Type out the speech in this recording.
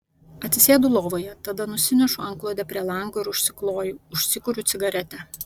atsisėdu lovoje tada nusinešu antklodę prie lango ir užsikloju užsikuriu cigaretę